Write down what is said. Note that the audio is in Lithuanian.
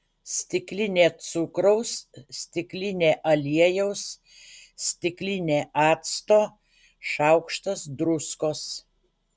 stiklinė cukraus stiklinė aliejaus stiklinė acto šaukštas druskos